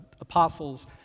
apostles